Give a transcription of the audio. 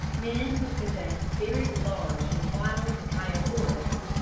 men who possess very large and wild cacao forests,